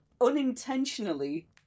unintentionally